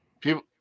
People